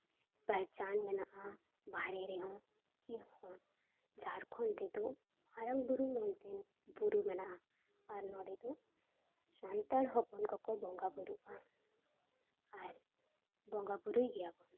ᱯᱮᱦᱪᱟᱱ ᱢᱮᱱᱟᱜᱼᱟ ᱵᱟᱦᱨᱮ ᱨᱮᱦᱚᱸ ᱠᱤᱦᱚᱸ ᱡᱷᱟᱲᱠᱷᱚᱸᱰ ᱨᱮᱫᱚ ᱢᱟᱨᱟᱝ ᱵᱩᱨᱩ ᱢᱮᱱᱛᱮ ᱵᱩᱨᱩ ᱢᱮᱱᱟᱜᱼᱟ ᱟᱨ ᱱᱚᱸᱰᱮ ᱫᱚ ᱥᱟᱱᱛᱟᱲ ᱦᱚᱯᱚᱱ ᱠᱚᱠᱚ ᱵᱚᱸᱜᱟ ᱵᱩᱨᱩᱜᱼᱟ ᱟᱨ ᱵᱚᱸᱜᱟ ᱵᱩᱨᱩᱭ ᱜᱮᱭᱟ ᱵᱚᱱ